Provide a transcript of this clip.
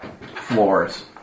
floors